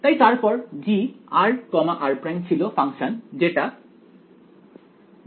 তাই তারপর gr r′ ছিল ফাংশন যেটা j4H0k